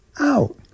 out